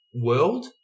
world